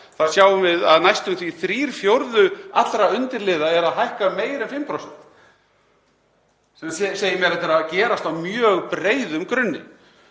þá sjáum við að næstum þrír fjórðu allra undirliða eru að hækka meira en 5%, sem segir mér að þetta er að gerast á mjög breiðum grunni.